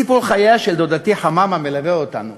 סיפור חייה של דודתי חממה מלווה אותנו.